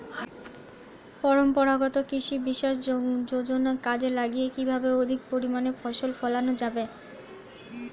পরম্পরাগত কৃষি বিকাশ যোজনা কাজে লাগিয়ে কিভাবে অধিক পরিমাণে ফসল ফলানো যাবে?